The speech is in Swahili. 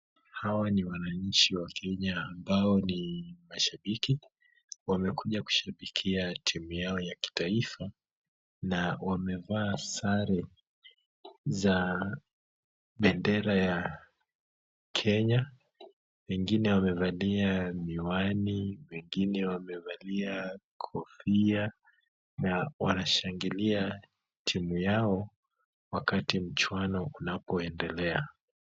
Hawa ni wananchi wa Kenya ambao ni mashabiki, wamekuja kushabikia timu yao ya kitaifa, na wamevaa sare za bendera ya Kenya, wengine wamevalia miwani, wengine wamevalia kofia na wanashangilia timu yao wakati mchuano unapoendelea.